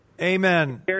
Amen